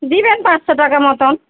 দিবেন পাঁচশো টাকা মতন